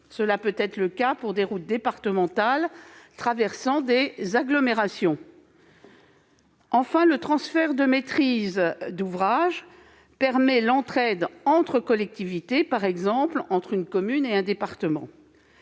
Ce peut être le cas pour des routes départementales traversant des agglomérations. Enfin, le transfert de maîtrise d'ouvrage permet l'entraide entre collectivités, par exemple entre une commune et un département.